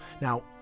Now